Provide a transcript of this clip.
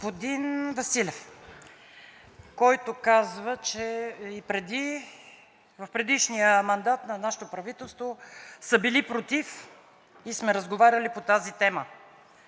господин Василев, който казва, че в предишния мандат на нашето правителство са били против и сме разговаряли по тази тема.